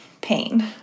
pain